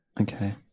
Okay